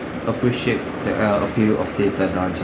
appreciate the uh appeal of theater dance